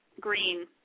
green